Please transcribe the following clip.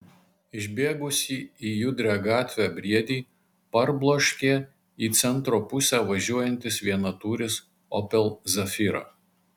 išbėgusį į judrią gatvę briedį parbloškė į centro pusę važiuojantis vienatūris opel zafira